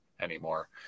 anymore